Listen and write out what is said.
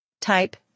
Type